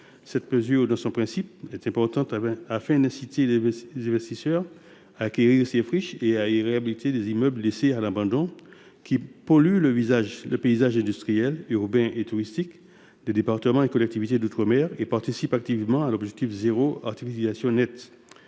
Cette mesure, dans son principe, est importante : il s’agit d’inciter les investisseurs à acquérir ces friches et à y réhabiliter des immeubles laissés à l’abandon, qui polluent le paysage industriel, urbain et touristique des départements et collectivités d’outre mer. En l’adoptant, nous contribuerions